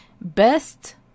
Best